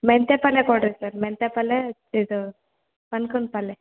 ಮೆಂತ್ಯ ಪಲ್ಯ ಕೊಡಿರಿ ಸರ್ ಮೆಂತ್ಯ ಪಲ್ಯ ಇದು ಪನ್ಕನ ಪಲ್ಯ